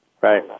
Right